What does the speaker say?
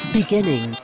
beginning